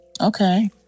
Okay